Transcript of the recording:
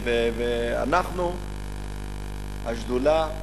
ואנחנו השדולה,